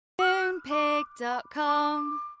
Moonpig.com